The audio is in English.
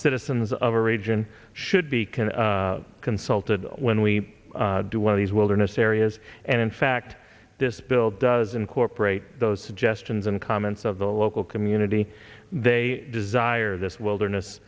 citizens of a region should be can consulted when we do one of these wilderness areas and in fact this bill does incorporate those suggestions and comments of the local community they desire this wilderness